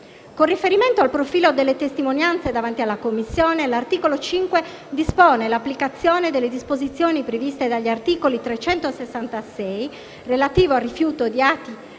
Con riferimento al profilo delle testimonianze davanti alla Commissione, l'articolo 5 dispone l'applicazione delle disposizioni previste dagli articoli 366, relativo al rifiuto di